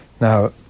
now